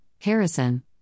Harrison